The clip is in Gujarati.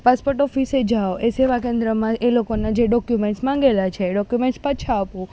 પાસપોટ ઓફિસે જાઓ એ સેવા કેન્દ્રમાં એ લોકોનાં જે ડોક્યુમેન્ટ્સ માગેલા છે એ ડોક્યુમેન્ટ પાછા આપો